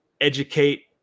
educate